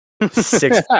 Six